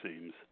seems